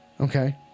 Okay